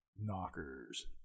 Knockers